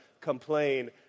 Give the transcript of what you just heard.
complain